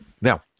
Now